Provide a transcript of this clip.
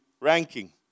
ranking